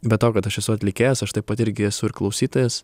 be to kad aš esu atlikėjas aš taip pat irgi esu ir klausytojas